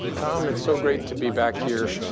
tom, it's so great to be back here.